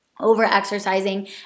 over-exercising